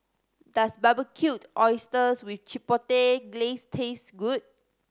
does Barbecued Oysters with Chipotle Glaze taste good